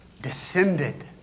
descended